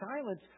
silence